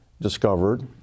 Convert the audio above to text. discovered